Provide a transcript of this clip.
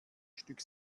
stück